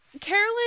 Carolyn